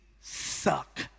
suck